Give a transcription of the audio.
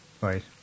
Right